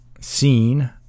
seen